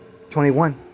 21